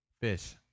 fish